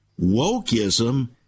Wokeism